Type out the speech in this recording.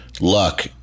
luck